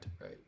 Right